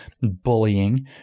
bullying